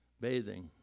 bathing